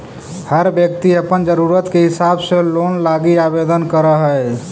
हर व्यक्ति अपन ज़रूरत के हिसाब से लोन लागी आवेदन कर हई